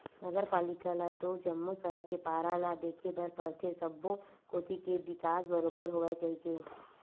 नगर पालिका ल तो जम्मो सहर के पारा ल देखे बर परथे सब्बो कोती के बिकास बरोबर होवय कहिके